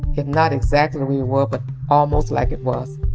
if not exactly we were, but almost like it was.